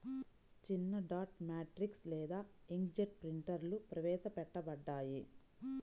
చిన్నడాట్ మ్యాట్రిక్స్ లేదా ఇంక్జెట్ ప్రింటర్లుప్రవేశపెట్టబడ్డాయి